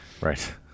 Right